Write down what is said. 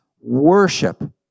worship